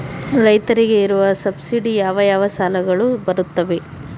ರೈತರಿಗೆ ಇರುವ ಸಬ್ಸಿಡಿ ಯಾವ ಯಾವ ಸಾಲಗಳು ಬರುತ್ತವೆ?